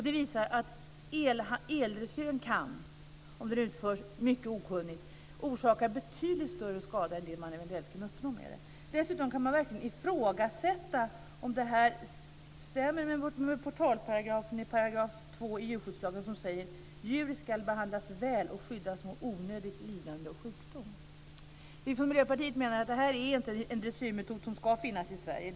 Det visar att eldressyren, om den utförs mycket okunnigt, kan orsaka betydligt större skada än vad man eventuellt kan uppnå med den. Dessutom kan man verkligen ifrågasätta om detta stämmer med portalparagrafen 2 i djurskyddslagen som säger: Djur ska behandlas väl och skyddas mot onödigt lidande och sjukdom. Vi från Miljöpartiet menar att det här inte är en dressyrmetod som ska finnas i Sverige.